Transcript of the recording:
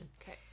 Okay